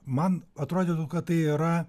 man atrodytų kad tai yra